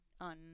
on